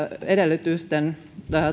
edellytysten